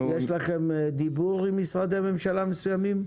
יש לכם דיבור עם משרדי ממשלה מסוימים?